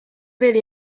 really